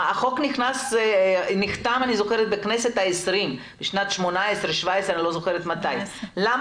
החוק נחתם בכנסת ה-20 בשנת 2017 או 2018. למה